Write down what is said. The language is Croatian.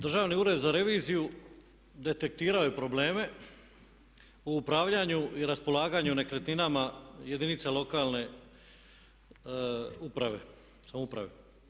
Državni ured za reviziju detektirao je probleme o upravljanju i raspolaganju nekretninama jedinica lokalne uprave, samouprave.